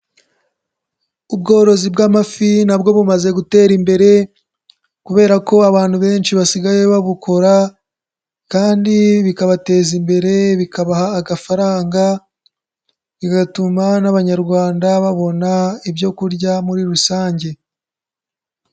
Ubworozi bw'amafi na bwo bumaze gutera imbere kubera ko abantu benshi basigaye babukora kandi bikabateza imbere bikabaha agafaranga, bigatuma n'Abanyarwanda babona ibyo kurya muri rusange.